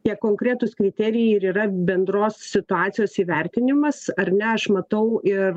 tie konkretūs kriterijai ir yra bendros situacijos įvertinimas ar ne aš matau ir